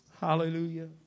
Hallelujah